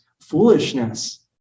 foolishness